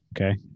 okay